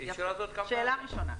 זו שאלה ראשונה.